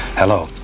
hello,